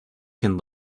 can